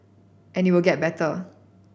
and it will get better